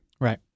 Right